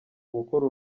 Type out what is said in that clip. gukora